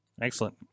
Excellent